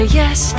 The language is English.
yes